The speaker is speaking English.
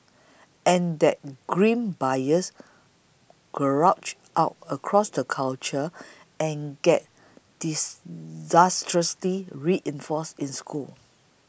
and that grim bias trudges out across the culture and gets disastrously reinforced in schools